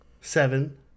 seven